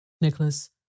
Nicholas